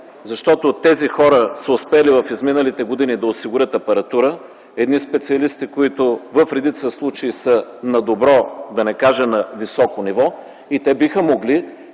на ден. Тези хора са успели в изминалите години да осигурят апаратура, едни специалисти, които в редица случаи са на добро, да не кажа на високо ниво, и те биха могли